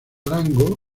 arango